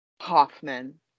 Hoffman